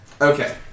Okay